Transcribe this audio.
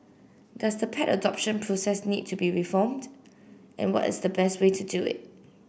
does the pet adoption process need to be reformed and what is the best way to do it